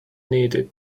needed